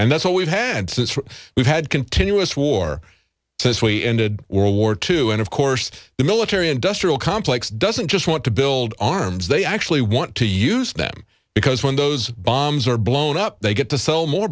hands that's what we've had continuous war as we ended world war two and of course the military industrial complex doesn't just want to build arms they actually want to use them because when those bombs are blown up they get to sell more